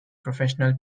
professional